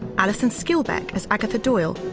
alison skilbeck as agatha doyle,